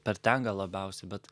per ten gal labiausiai bet